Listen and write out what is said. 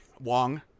Wong